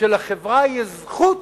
שלחברה יש זכות